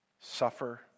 suffer